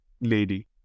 lady